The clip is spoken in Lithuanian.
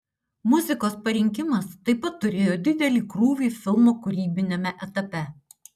muzikos parinkimas taip pat turėjo didelį krūvį filmo kūrybiniame etape